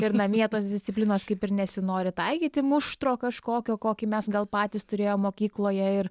ir namie tos disciplinos kaip ir nesinori taikyti muštro kažkokio kokį mes gal patys turėjom mokykloje ir